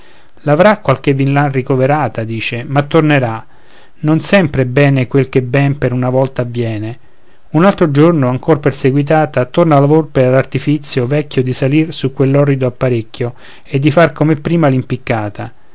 l'avrà qualche villan ricoverata dice ma tornerà non sempre è bene quello che ben per una volta avviene un altro giorno ancor perseguitata torna la volpe all'artifizio vecchio di salir su quell'orrido apparecchio e di far come prima